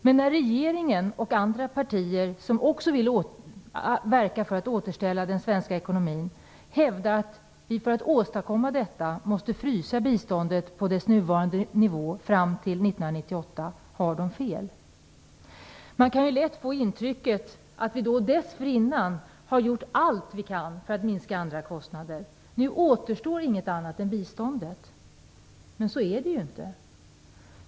Men regeringen och andra partier, som också vill verka för att återställa den svenska ekonomin, har fel när de hävdar att vi för att åstadkomma detta måste frysa biståndet på dess nuvarande nivå fram till 1998. Man kan lätt få intrycket att vi dessförinnan har gjort allt vi kan för att minska andra kostnader och att det nu inte återstår något annat än biståndet. Men så är det ju inte.